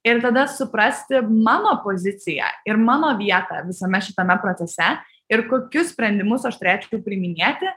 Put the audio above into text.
ir tada suprasti mano poziciją ir mano vietą visame šitame procese ir kokius sprendimus aš turėčiau priiminėti